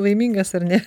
laimingas ar ne